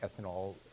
ethanol